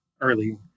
early